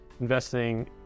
investing